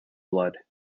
blood